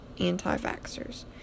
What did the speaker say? anti-vaxxers